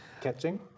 catching